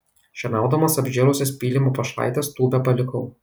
šienaudamas apžėlusias pylimo pašlaites tūbę palikau